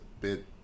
bit